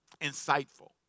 insightful